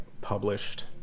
published